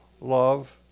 love